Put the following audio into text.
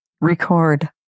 Record